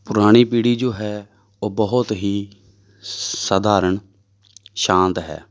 ਪੁਰਾਣੀ ਪੀੜ੍ਹੀ ਜੋ ਹੈ ਉਹ ਬਹੁਤ ਹੀ ਸ ਸਧਾਰਨ ਸ਼ਾਂਤ ਹੈ